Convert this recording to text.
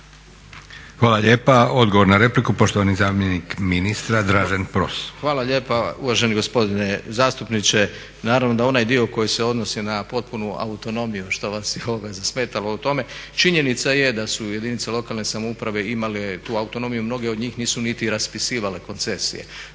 Hvala lijepa. Odgovor na repliku, poštovani zamjenik ministra Dražen Pros.